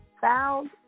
Found